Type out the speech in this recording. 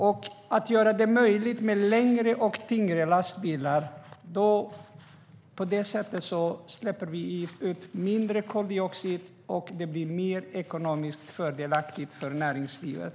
Genom att göra det möjligt med längre och tyngre lastbilar släpper vi ut mindre koldioxid, och det blir mer ekonomiskt fördelaktigt för näringslivet.